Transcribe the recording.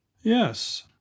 Yes